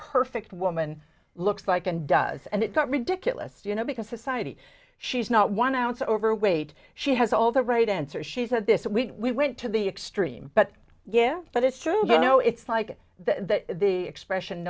woman looks like and does and it got ridiculous you know because society she's not one ounce overweight she has all the right answer she said this we went to the extreme but but it's true you know it's like that the expression